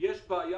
שיש בעיה